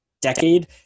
decade